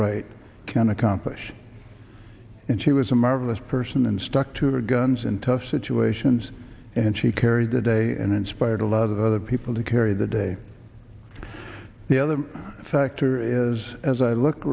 right can accomplish and she was a marvelous person and stuck to her guns in tough situations and she carried the day and inspired a lot of other people to carry the day the other factor is as i look